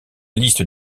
liste